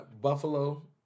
Buffalo